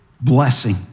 blessing